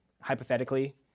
hypothetically